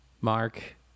Mark